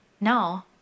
No